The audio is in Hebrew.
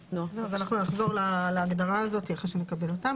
נחזור להגדרה הזאת אחרי שנקבל אותה.